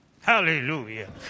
Hallelujah